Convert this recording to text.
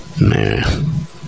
nah